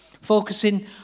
focusing